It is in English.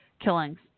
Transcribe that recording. killings